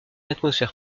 atmosphère